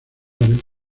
delante